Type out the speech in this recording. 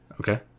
Okay